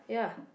yeah